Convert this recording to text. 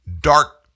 dark